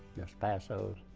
dos passos,